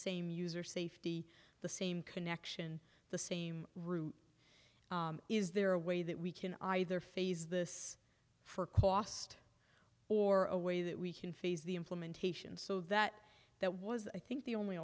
same user safety the same connection the same route is there a way that we can either phase this for cost or a way that we can phase the implementation so that that was i think the only